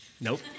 Nope